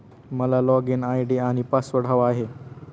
मला login ID आणि password हवा आहे